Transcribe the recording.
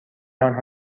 آنها